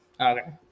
Okay